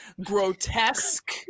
grotesque